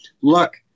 look